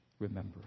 Remember